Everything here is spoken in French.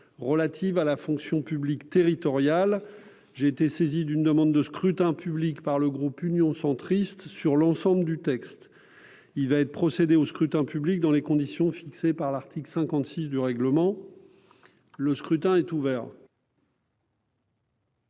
relatives à la fonction publique territoriale. J'ai été saisi d'une demande de scrutin public émanant du groupe Union Centriste. Il va être procédé au scrutin dans les conditions fixées par l'article 56 du règlement. Le scrutin est ouvert.